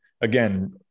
again